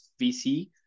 VC